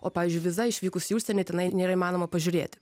o pavyzdžiui viza išvykus į užsienį tenai nėra įmanoma pažiūrėti